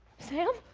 sam?